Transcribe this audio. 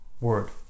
word